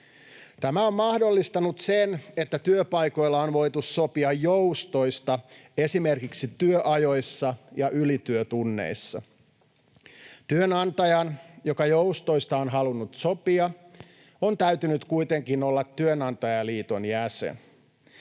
Tämä on mahdollistanut sen, että työpaikoilla on voitu sopia joustoista esimerkiksi työajoissa ja ylityötunneissa. Työnantajan, joka joustoista on halunnut sopia, on täytynyt kuitenkin olla työnantajaliiton jäsen.